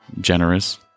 Generous